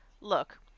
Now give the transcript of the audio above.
look